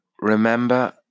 remember